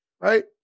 right